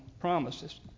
promises